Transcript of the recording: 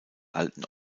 alten